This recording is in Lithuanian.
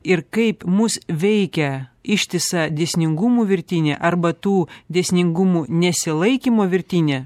ir kaip mus veikia ištisa dėsningumų virtinė arba tų dėsningumų nesilaikymų virtinė